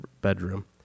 bedroom